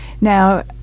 Now